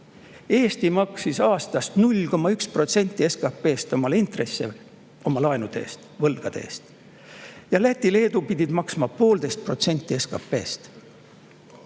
Eesti maksis aastas 0,1% SKP‑st intressi oma laenude eest, võlgade eest, Läti ja Leedu pidid maksma 1,5% SKP‑st,